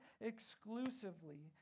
exclusively